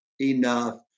enough